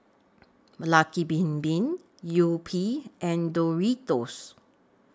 Lucky Bin Bin Yupi and Doritos